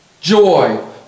joy